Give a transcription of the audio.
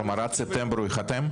כלומר עד ספטמבר הוא ייחתם?